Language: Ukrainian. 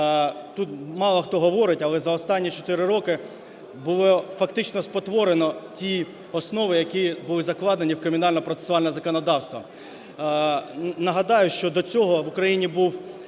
тут мало, хто говорить, але за останні 4 роки було фактично спотворено ті основи, які були закладені в кримінально-процесуальне законодавство. Нагадаю, що до цього в Україні був